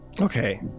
Okay